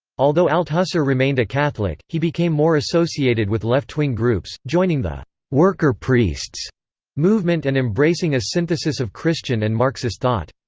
although althusser remained a catholic, he became more associated with left-wing groups, joining the worker priests movement and embracing a synthesis of christian and marxist thought.